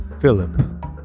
Philip